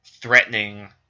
threatening